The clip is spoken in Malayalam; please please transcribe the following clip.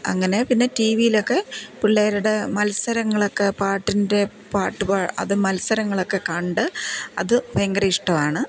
അങ്ങനെ പിന്നേ റ്റി വിയിലൊക്കെ പിള്ളേരുട മത്സരങ്ങളൊക്ക പാട്ടിൻ്റെ പാട്ടുപാ അത് മത്സരങ്ങളൊക്കെ കണ്ട് അത് ഭയങ്കര ഇഷ്ടമാണ്